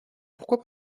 pourquoi